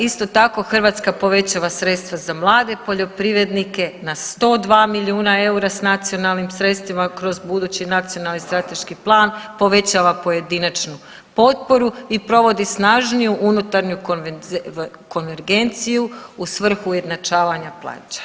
Isto tako Hrvatska povećava sredstva za mlade poljoprivrednike na 102 milijuna eura sa nacionalnim sredstvima kroz budući Nacionalni strateški plan, povećava pojedinačnu potporu i provodi snažniju unutarnju konvergenciju u svrhu ujednačavanja plaćanja.